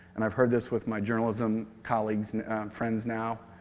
and i've heard this with my journalism colleagues and friends now,